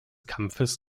kampfes